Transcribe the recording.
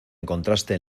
encontraste